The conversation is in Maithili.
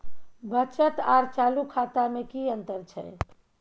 बचत आर चालू खाता में कि अतंर छै?